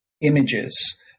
images